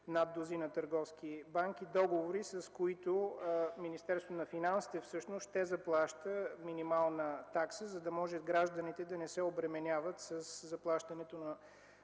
над дузина търговски банки, с които Министерството на финансите всъщност ще заплаща минимална такса, за да може гражданите да не се обременяват със заплащането на